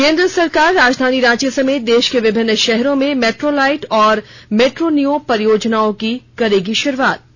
केंद्र सरकार राजधानी रांची समेत देश के विभिन्न शहरों में मेट्रोलाइट और मेट्रोनिओ परियोजनाओं की शुरुआत करेगी